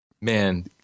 man